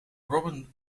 robin